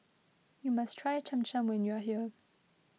you must try Cham Cham when you are here